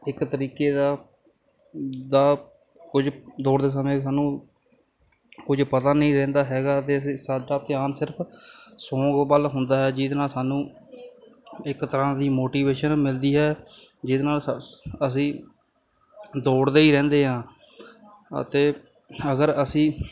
ਇੱਕ ਤਰੀਕੇ ਦਾ ਦਾ ਕੁਝ ਦੌੜਦੇ ਸਮੇਂ ਸਾਨੂੰ ਕੁਝ ਪਤਾ ਨਹੀਂ ਰਹਿੰਦਾ ਹੈਗਾ ਅਤੇ ਅਸੀਂ ਸਾਡਾ ਧਿਆਨ ਸਿਰਫ਼ ਸੋਂਗ ਵੱਲ ਹੁੰਦਾ ਹੈ ਜਿਹਦੇ ਨਾਲ ਸਾਨੂੰ ਇੱਕ ਤਰ੍ਹਾਂ ਦੀ ਮੋਟੀਵੇਸ਼ਨ ਮਿਲਦੀ ਹੈ ਜਿਹਦੇ ਨਾਲ ਸਸ ਅਸੀਂ ਦੌੜਦੇ ਹੀ ਰਹਿੰਦੇ ਹਾਂ ਅਤੇ ਅਗਰ ਅਸੀਂ